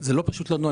זה לא פשוט לנו,